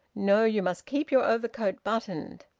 no! you must keep your overcoat buttoned.